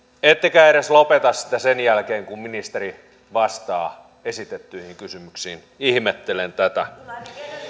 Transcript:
ettekä edes lopeta sitä sen jälkeen kun ministeri vastaa esitettyihin kysymyksiin ihmettelen tätä